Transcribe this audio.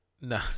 no